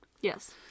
Yes